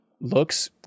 Looks